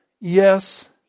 yes